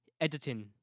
editing